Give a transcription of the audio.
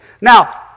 Now